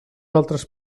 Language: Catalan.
altres